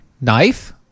knife